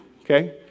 okay